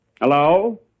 Hello